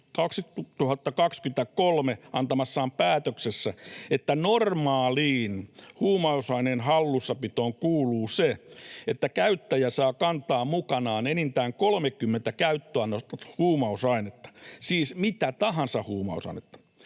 21.2.2023 antamassaan päätöksessä, että normaaliin huumausaineen hallussapitoon kuuluu se, että käyttäjä saa kantaa mukanaan enintään 30 käyttöannosta huumausainetta — siis mitä tahansa huumausainetta.